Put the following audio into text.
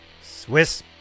Swiss